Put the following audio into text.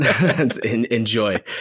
Enjoy